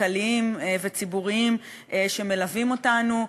כלכליים וציבוריים שמלווים אותנו.